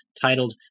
titled